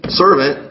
servant